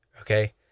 okay